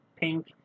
pink